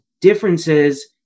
differences